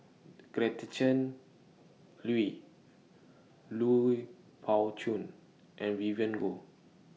Gretchen Liu Lui Pao Chuen and Vivien Goh